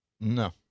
No